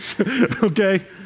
okay